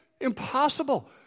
impossible